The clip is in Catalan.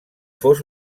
fos